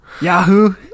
Yahoo